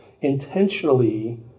Intentionally